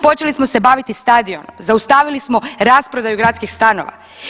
Počeli smo se baviti stadionom, zaustavili smo rasprodaju gradskih stanova.